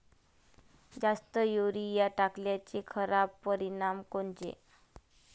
जास्त युरीया टाकल्याचे खराब परिनाम कोनचे?